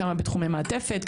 כמה בתחומי מעטפת,